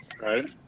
Right